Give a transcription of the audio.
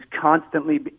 constantly